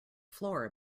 floor